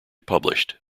published